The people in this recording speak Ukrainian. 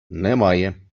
немає